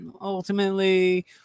ultimately